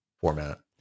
format